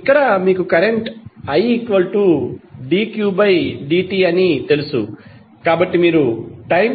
ఇక్కడ మీకు current idqdt అని తెలుసు కాబట్టి మీరు టైం